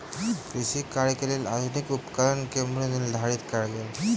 कृषि कार्यक लेल आधुनिक उपकरणक मूल्य निर्धारित कयल गेल